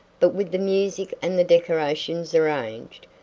but with the music and the decorations arranged,